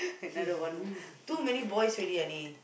another one more too many boys already